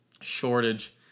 shortage